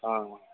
હં હં